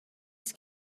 است